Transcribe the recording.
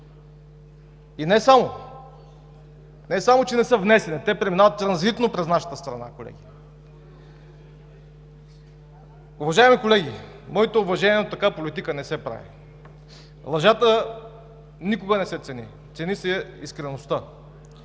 Не само че не са внесени, те преминават транзитно през нашата страна, колеги. Уважаеми колеги, моите уважения, но така политика не се прави. Лъжата никога не се цени, цени се искреността.